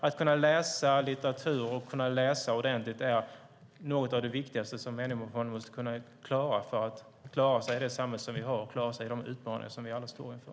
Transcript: Att kunna läsa litteratur och kunna läsa ordentligt är något av det viktigaste människor måste kunna för att klara sig i vårt samhälle och klara de utmaningar som vi alla står inför.